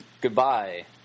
Goodbye